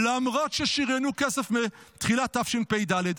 למרות ששריינו כסף מתחילת שנת תשפ"ד.